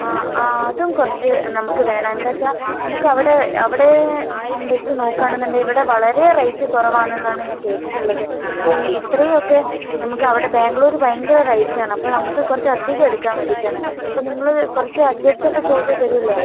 ആ ആ അതും കുറച്ച് നമുക്ക് വേണം എന്താണ് വെച്ചാൽ നമുക്ക് അവിടെ അവിടെ വെച്ച് നോക്കുകയാണെന്ന് ഉണ്ടെങ്കിൽ ഇവിടെ വളരെ റേറ്റ് കുറവാണെന്ന് ആണ് ഞാൻ കേട്ടിട്ട് ഉള്ളത് അപ്പം ഇത്രയും ഒക്കെ നമുക്ക് അവിടെ ബാംഗ്ലൂർ ഭയങ്കര റേറ്റ് ആണ് അപ്പം നമുക്ക് കുറച്ച് അധികം എടുക്കാൻ വേണ്ടിയിട്ട് ആണ് അപ്പം നിങ്ങൾ അഡ്ജസ്റ്റ് ഒക്കെ ചെയ്ത് തരില്ലേ